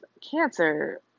cancer